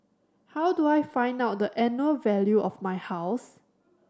how do I find out the annual value of my house